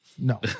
No